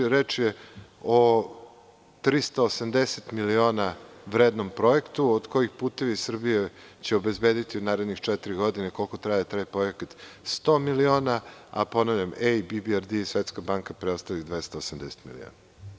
Reč je o 380 miliona vrednom projektu, od kojih će „Putevi Srbije“ obezbediti u narednih četiri godine, koliko traje taj projekat, 100 miliona, a, ponavljam, EIB, BRD i Svetska banka preostalih 280 miliona.